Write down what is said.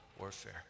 warfare